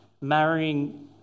marrying